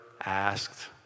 asked